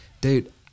dude